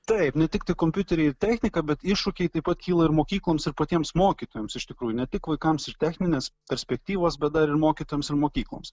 taip ne tik tai kompiuteriai ir technika bet iššūkiai taip pat kyla ir mokykloms ir patiems mokytojams iš tikrųjų ne tik vaikams iš techninės perspektyvos bet dar ir mokytojams ir mokykloms